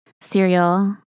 cereal